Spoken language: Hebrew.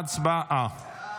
הצבעה.